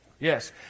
Yes